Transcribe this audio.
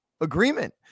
agreement